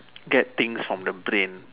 get things from the brain